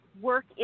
work